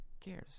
cares